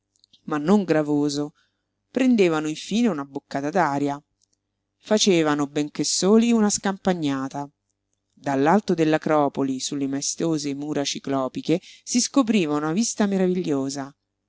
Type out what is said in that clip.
ma non gravoso prendevano infine una boccata d'aria facevano benché soli una scampagnata dall'alto dell'acropoli su le maestose mura ciclopiche si scopriva una vista meravigliosa